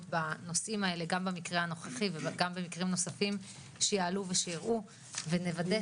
בנושאים האלה גם במקרה הנוכחי וגם במקרים נוספים שיעלו ושאירעו ונוודא